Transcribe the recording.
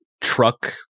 truck